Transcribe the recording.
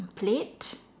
plate